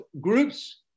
groups